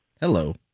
Hello